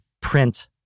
print